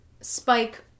spike